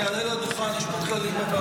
אני אעלה לדוכן, יש פה כללים בבית.